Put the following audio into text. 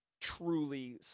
truly